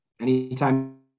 anytime